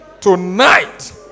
Tonight